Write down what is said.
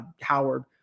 Howard